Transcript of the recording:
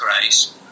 grace